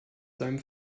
seinem